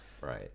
Right